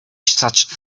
such